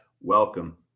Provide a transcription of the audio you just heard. welcome